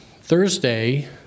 Thursday